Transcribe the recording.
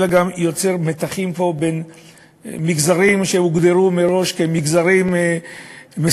אלא הוא גם יוצר פה מתחים עם מגזרים שהוגדרו מראש כמגזרים מסומנים,